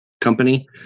company